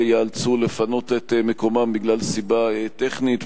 ייאלצו לפנות את מקומם בגלל סיבה טכנית,